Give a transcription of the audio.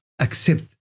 accept